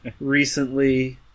recently